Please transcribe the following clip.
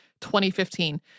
2015